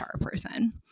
person